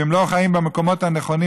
אם הם לא חיים במקומות הנכונים,